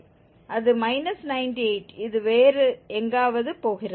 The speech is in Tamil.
அது −98 இது வேறு எங்காவது போகிறது